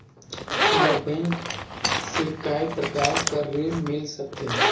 मोला बैंक से काय प्रकार कर ऋण मिल सकथे?